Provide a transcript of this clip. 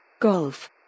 Golf